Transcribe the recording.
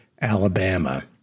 Alabama